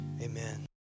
Amen